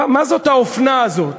מה זאת האופנה הזאת?